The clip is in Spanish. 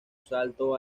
salto